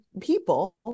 people